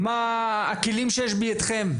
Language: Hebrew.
מהם הכלים שיש בידיכם?